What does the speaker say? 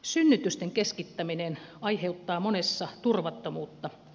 synnytysten keskittäminen aiheuttaa monessa turvattomuutta